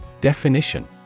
Definition